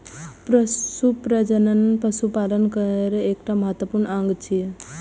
पशु प्रजनन पशुपालन केर एकटा महत्वपूर्ण अंग छियै